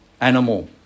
animal